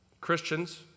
Christians